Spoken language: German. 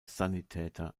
sanitäter